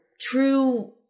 true